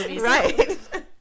Right